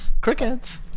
Crickets